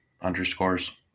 underscores